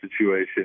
situation